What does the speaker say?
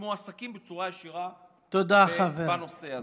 שמועסקים בצורה ישירה בנושא הזה.